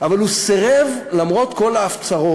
אבל הוא סירב, למרות כל ההפצרות,